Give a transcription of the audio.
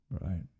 Right